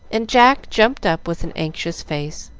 and jack jumped up, with an anxious face.